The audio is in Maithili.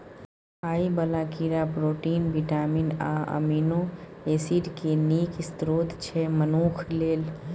खाइ बला कीड़ा प्रोटीन, बिटामिन आ एमिनो एसिड केँ नीक स्रोत छै मनुख लेल